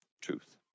truth